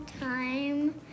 time